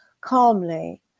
calmly